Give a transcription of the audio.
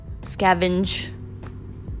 scavenge